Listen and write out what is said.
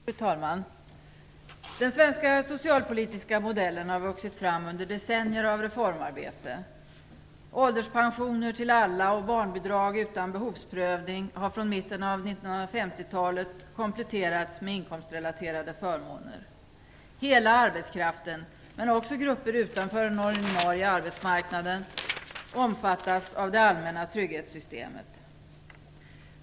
Fru talman! Den svenska socialpolitiska modellen har vuxit fram under decennier av reformarbete. Ålderspensioner till alla och barnbidrag utan behovsprövning har från mitten av 1950-talet kompletterats med inkomstrelaterade förmåner. Hela arbetskraften, men också grupper utanför den ordinarie arbetsmarknaden, omfattas av det allmänna trygghetssystemet.